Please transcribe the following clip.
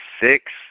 six